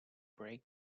break